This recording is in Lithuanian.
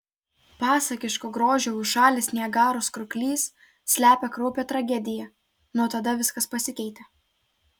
pasakiško grožio užšalęs niagaros krioklys slepia kraupią tragediją nuo tada viskas pasikeitė